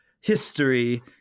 history